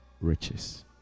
riches